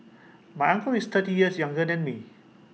my uncle is thirty years younger than me